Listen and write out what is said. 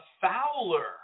fowler